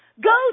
go